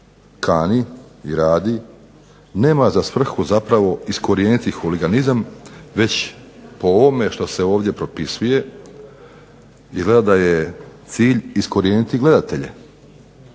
kani i radi nema za svrhu zapravo iskorijeniti huliganizam već po ovome što se ovdje propisuje izgleda da je cilj iskorijeniti gledatelje.